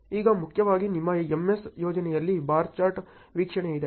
ಈಗ ಮುಖ್ಯವಾಗಿ ನಿಮ್ಮ MS ಯೋಜನೆಯಲ್ಲಿ ಬಾರ್ ಚಾರ್ಟ್ ವೀಕ್ಷಣೆ ಇದೆ